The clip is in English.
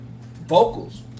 Vocals